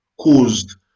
caused